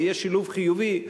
ויהיה שילוב חיובי,